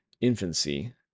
infancy